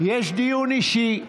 חבר הכנסת קרעי, יש דיון אישי.